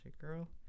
Girl